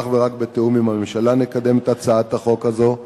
אך ורק בתיאום עם הממשלה אנחנו נקדם את הצעת החוק הזו.